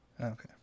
Okay